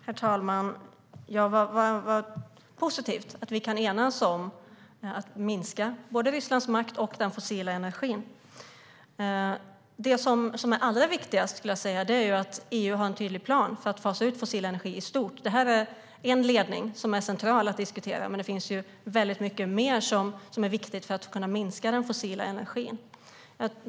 Herr talman! Vad positivt att vi kan enas om att minska både Rysslands makt och den fossila energin! Det som är allra viktigast, skulle jag säga, är att EU har en tydlig plan för att fasa ut fossil energi i stort. Det här är en ledning som är central att diskutera, men det finns väldigt mycket mer som är viktigt för att man ska kunna minska den fossila energin.